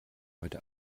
heute